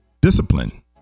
discipline